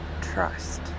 trust